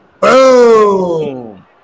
Boom